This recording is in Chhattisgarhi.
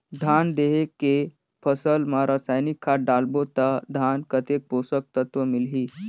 धान देंके फसल मा रसायनिक खाद डालबो ता धान कतेक पोषक तत्व मिलही?